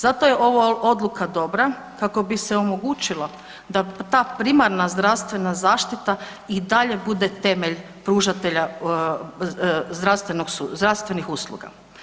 Zato je ova odluka dobra kako bi se omogućilo da ta primarna zdravstvena zaštita i dalje bude temelj pružatelja zdravstvenih usluga.